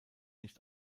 nicht